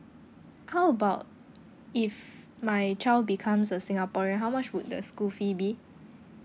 how about if my child becomes a singaporean how much would the school fee be